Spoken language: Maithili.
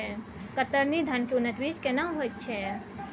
कतरनी धान के उन्नत बीज केना होयत छै?